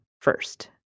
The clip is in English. first